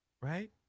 right